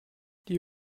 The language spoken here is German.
die